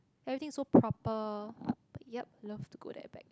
everything is so proper yup loved to go there back